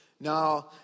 Now